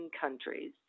countries